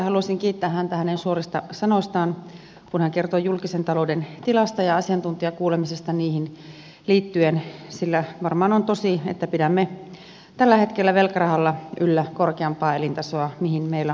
haluaisin kiittää häntä hänen suorista sanoistaan kun hän kertoi julkisen talouden tilasta ja asiantuntijakuulemisesta siihen liittyen sillä varmaan on tosi että pidämme tällä hetkellä velkarahalla yllä korkeampaa elintasoa kuin mihin meillä on varaa